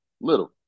Little